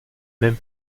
même